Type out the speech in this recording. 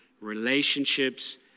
relationships